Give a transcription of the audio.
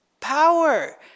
power